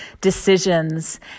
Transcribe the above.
decisions